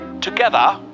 Together